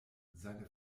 seine